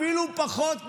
אפילו פחות ממיליארד: